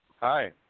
Hi